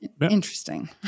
Interesting